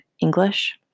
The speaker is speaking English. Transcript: English